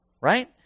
Right